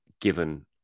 given